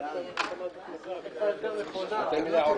בטבת התשע"ט (1 בינואר 2019)" יבוא "יום